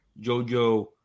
JoJo